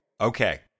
Okay